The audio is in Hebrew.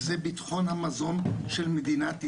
וזה ביטחון המזון של מדינת ישראל,